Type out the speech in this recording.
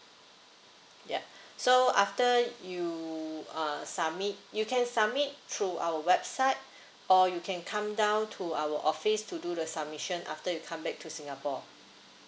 yup so after you uh submit you can submit through our website or you can come down to our office to do the submission after you come back to singapore